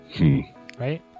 Right